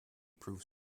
proves